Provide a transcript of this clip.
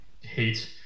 hate